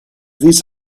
this